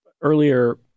earlier